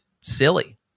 silly